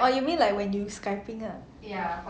oh you mean like when you skyping lah mm